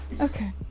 Okay